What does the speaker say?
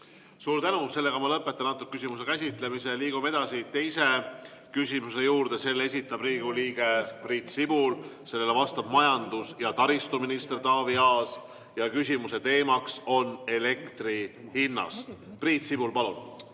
Suur tänu! Ma lõpetan selle küsimuse käsitlemise. Liigume edasi teise küsimuse juurde. Selle esitab Riigikogu liige Priit Sibul ning sellele vastab majandus- ja taristuminister Taavi Aas. Küsimuse teema on elektri hind. Priit Sibul, palun!